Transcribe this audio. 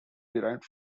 derived